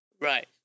Right